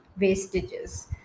wastages